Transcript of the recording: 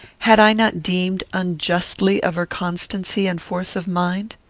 had i not deemed unjustly of her constancy and force of mind?